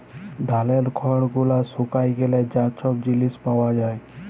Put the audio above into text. ধালের খড় গুলান শুকায় গ্যালে যা ছব জিলিস পাওয়া যায়